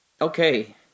Okay